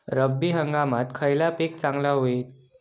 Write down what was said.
रब्बी हंगामाक खयला पीक चांगला होईत?